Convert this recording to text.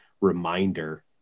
reminder